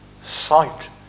sight